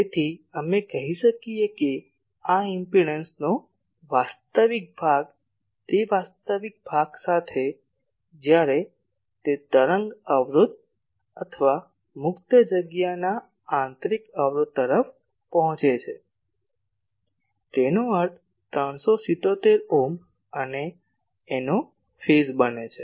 તેથી અમે કહીએ છીએ કે આ ઇમ્પેડંસ નો વાસ્તવિક ભાગ તે વાસ્તવિક ભાગ જ્યારે તે તરંગ અવરોધ અથવા મુક્ત જગ્યાના આંતરિક અવરોધ તરફ પહોંચે છે તેનો અર્થ 377 ઓમ અને આનો ફેઝ બને છે